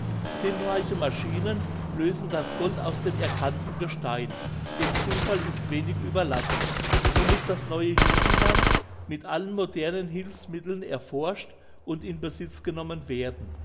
sinnreiche maschinen lösen das gold aus dem erkannten gestein dem zufall ist wenig überlassen so muss das neue judenland mit allen modernen hilfsmitteln erforscht und in besitz genommen werden